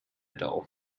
doll